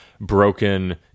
broken